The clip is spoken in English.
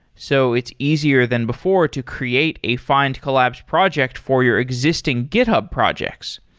so it's easier than before to create a findcollabs projects for your existing github projects.